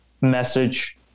message